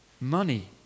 money